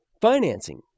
financing